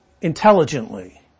intelligently